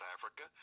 Africa